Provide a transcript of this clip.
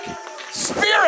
spirit